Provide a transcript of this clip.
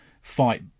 fight